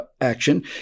action